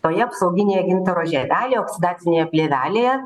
toje apsauginėje gintaro žievelėje oksidacinėje plėvelėje